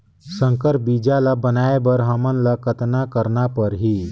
संकर बीजा ल बनाय बर हमन ल कतना करना परही?